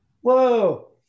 whoa